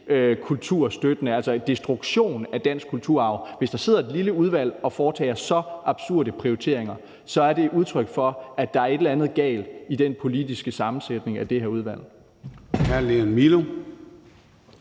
antikulturstøttende, altså en destruktion af dansk kulturarv. Hvis der sidder et lille udvalg og foretager så absurde prioriteringer, er det udtryk for, at der er et eller andet galt i den politiske sammensætning af det her udvalg.